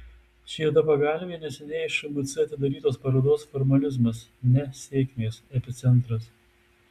ši juoda pagalvė neseniai šmc atidarytos parodos formalizmas ne sėkmės epicentras